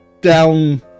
down